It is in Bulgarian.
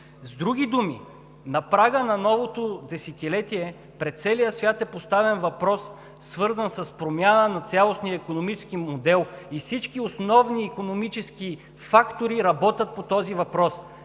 С други думи, на прага на новото десетилетие пред целия свят е поставен въпрос, свързан с промяна на цялостния икономически модел, и всички основни икономически фактори работят по този въпрос.